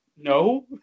no